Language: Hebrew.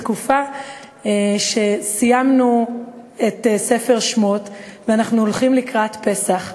בתקופה שסיימנו את ספר שמות ואנחנו הולכים לקראת פסח.